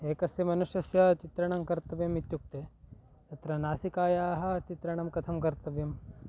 एकस्य मनुष्यस्य चित्रणं कर्तव्यम् इत्युक्ते तत्र नासिकायाः चित्रणं कथं कर्तव्यं